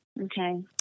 Okay